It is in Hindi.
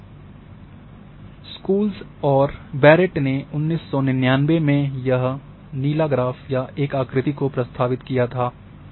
सकूल्टज और बैरेट ने 1999 में यह नीला ग्राफ या एक आकृति को प्रस्तावित किया था